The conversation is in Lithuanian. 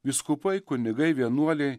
vyskupai kunigai vienuoliai